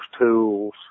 tools